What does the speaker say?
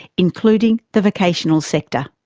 including the vocational sector.